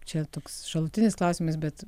čia toks šalutinis klausimas bet